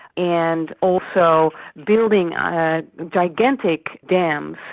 and also building ah gigantic dams,